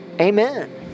Amen